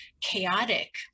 chaotic